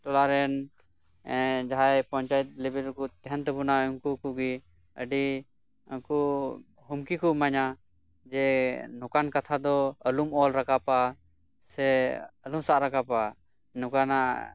ᱴᱚᱞᱟ ᱨᱮᱱ ᱡᱟᱦᱟᱸᱭ ᱯᱚᱧᱟᱭᱮᱛ ᱞᱮᱵᱮᱞ ᱨᱮᱠᱚ ᱛᱟᱸᱦᱮᱱ ᱛᱟᱵᱚᱱᱟ ᱩᱱᱠᱩ ᱠᱚᱜᱮ ᱟᱹᱰᱤ ᱩᱱᱠᱩ ᱦᱩᱢᱠᱤ ᱠᱚ ᱮᱢᱟᱹᱧᱟ ᱡᱮ ᱱᱚᱠᱟᱱ ᱠᱟᱛᱷᱟ ᱫᱚ ᱟᱹᱞᱩᱢ ᱚᱞ ᱨᱟᱠᱟᱵᱟ ᱥᱮ ᱟᱞᱚᱢ ᱥᱟᱵ ᱨᱟᱠᱟᱵᱟ ᱱᱚᱠᱟᱱᱟᱜ